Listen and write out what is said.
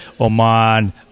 Oman